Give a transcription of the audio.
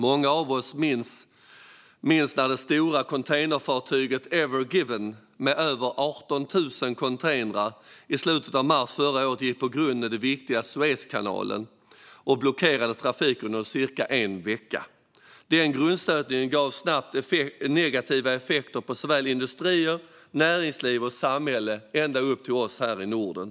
Många av oss minns när det stora containerfartyget Ever Given, med över 18 000 containrar, i slutet av mars förra året gick på grund i den viktiga Suezkanalen och blockerade trafiken under cirka en vecka. Den grundstötningen gav snabbt negativa effekter på industrier, näringsliv och samhälle ända upp till oss här i Norden.